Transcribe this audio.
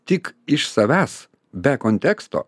tik iš savęs be konteksto